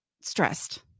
stressed